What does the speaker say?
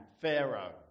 Pharaoh